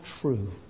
true